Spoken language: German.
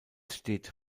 steht